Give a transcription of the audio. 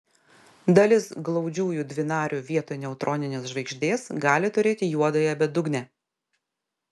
dalis glaudžiųjų dvinarių vietoj neutroninės žvaigždės gali turėti juodąją bedugnę